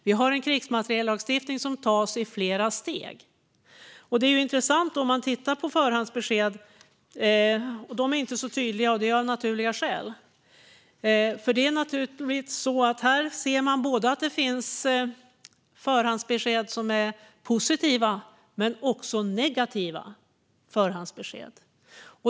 Vi har en krigsmateriellagstiftning som tas i flera steg. Förhandsbesked är inte så tydliga, av naturliga skäl. Det finns förhandsbesked som är positiva, men det finns också negativa förhandsbesked.